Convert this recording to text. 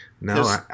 No